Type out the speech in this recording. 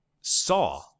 Saw